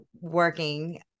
working